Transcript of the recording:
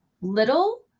little